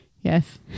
Yes